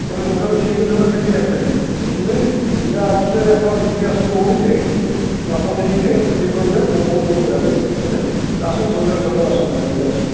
କାହିଁନା ଦୋକାନରୁ କିଣିଲେ ସେଇଟା ଫିଟିଙ୍ଗ ଆସେନି ସେଥିପାଇଁ ପିଲା ଆସିଲେ ଆପଣ ଘିତିକି ଆସନ୍ତୁ ଭଉଣୀକୁ ଏଇଠି ମାପ ନେଇକି ଏକାଥରେ ଫିଟିଙ୍ଗ କରିଦିଆହେବ ବହୁତ ବହୁତ ବଢ଼ିଆ ଲାଗିବ କିଛି ନାହିଁ ଆସନ୍ତୁ ସନ୍ଧ୍ୟାବେଳେ ଛଅଟା ବେଳେ ଆସନ୍ତୁ ସାଙ୍ଗ ହେଇକି ଆସନ୍ତୁ